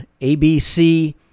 ABC